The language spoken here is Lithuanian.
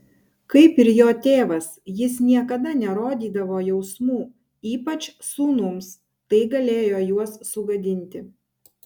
kaip ir jo tėvas jis niekada nerodydavo jausmų ypač sūnums tai galėjo juos sugadinti